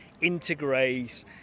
integrate